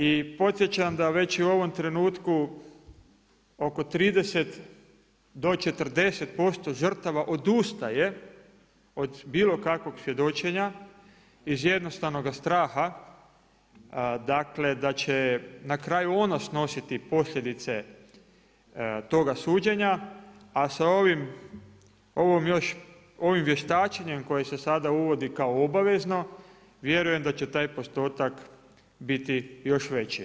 I podsjećam da već i u ovom trenutku oko 30 do 40% žrtava odustaje od bilo kakvog svjedočenja iz jednostavnoga straha dakle da će na kraju ona snositi posljedice toga suđenja a sa ovim, ovom još, ovim vještačenjem koje se sada uvodi kao obavezno vjerujem da će taj postotak biti još veći.